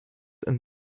and